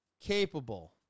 capable